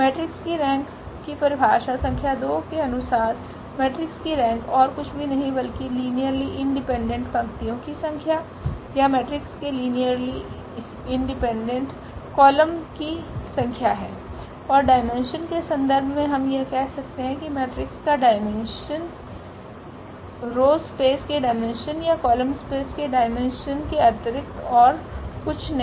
matrix की rank की परिभाषा संख्या 2 के अनुसार मेट्रिक्स की रेंक ओर कुछ भी नहीं बल्कि लिनियरली इंडिपेंडेंट पंक्तियों की संख्या या मेट्रिक्स के लिनियरली रूप से इंडिपेंडेंट कॉलम की संख्या है और डाइमेन्शन के संदर्भ में हम यह कह सकते हैं कि मेट्रिक्स का डाइमेन्शन रो स्पेस के डाइमेन्शन या कॉलम स्पेस के डाइमेन्शन के अतिरिक्त ओर कुछ नहीं